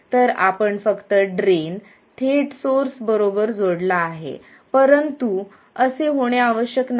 तर आपण फक्त ड्रेन थेट सोर्स बरोबर जोडला आहे परंतु असे होणे आवश्यक नाही